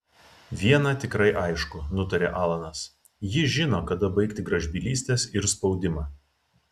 viena tikrai aišku nutarė alanas ji žino kada baigti gražbylystes ir spaudimą